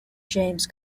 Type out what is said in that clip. james